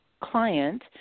client